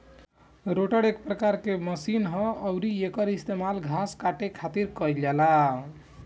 rotor एक प्रकार के मशीन ह अउरी एकर इस्तेमाल घास काटे खातिर कईल जाला